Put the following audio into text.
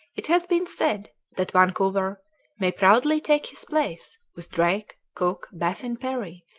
it has been said that vancouver may proudly take his place with drake, cook, baffin, parry,